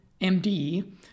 MD